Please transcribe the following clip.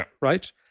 right